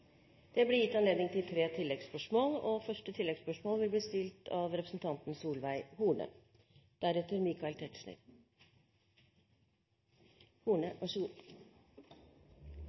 Det blir gitt anledning til tre oppfølgingsspørsmål – først representanten Solveig Horne.